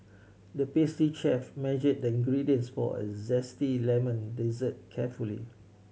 the pastry chef measured the ingredients for a zesty lemon dessert carefully